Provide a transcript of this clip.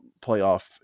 playoff